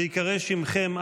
בהיקרא שמכם,